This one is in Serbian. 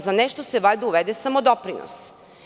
Za nešto se valjda unese samodoprinos.